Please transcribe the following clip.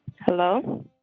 Hello